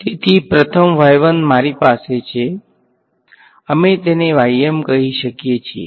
તેથી પ્રથમ મારી પાસે છે તેથી અમે તેને કહી શકીએ છીએ